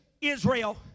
Israel